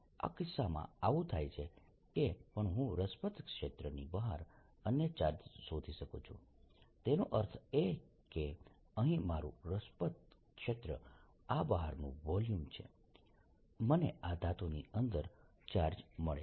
આ કિસ્સામાં આવું થાય છે કે પણ હું રસપ્રદ ક્ષેત્ર ની બહાર અન્ય ચાર્જ શોધી શકું છું તેનો અર્થ એ કે અહીં મારૂ રસપ્રદ ક્ષેત્ર આ બહારનું વોલ્યુમ છે મને આ ધાતુની અંદર ચાર્જ મળે છે